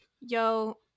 Yo